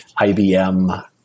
IBM